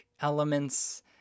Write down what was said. elements